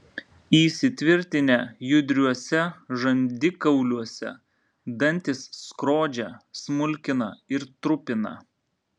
įsitvirtinę judriuose žandikauliuose dantys skrodžia smulkina ir trupina